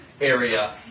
area